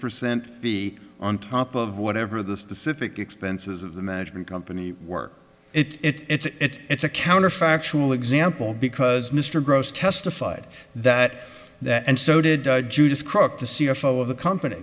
percent be on top of whatever the specific expenses of the management company work it it's it's a counterfactual example because mr gross testified that that and so did judas crook the c f o of the company